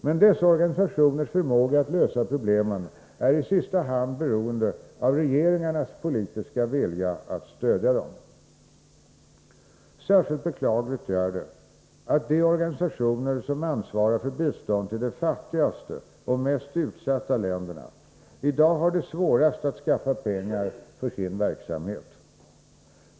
Men dessa organisationers förmåga att lösa problemen är i sista hand beroende av regeringarnas politiska vilja att stödja dem. Särskilt beklagligt är det att de organisationer som ansvarar för bistånd till de fattigaste och mest utsatta länderna i dag är de som har det svårast att skaffa pengar för sin verksamhet.